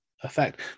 effect